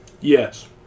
Yes